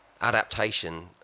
adaptation